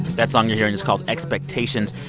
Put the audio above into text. that song you're hearing is called expectations.